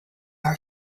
our